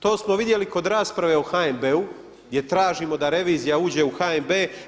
To smo vidjeli kod rasprave o HNB-u gdje tražimo da revizija uđe u HNB.